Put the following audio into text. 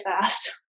fast